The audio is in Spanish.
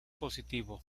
positivo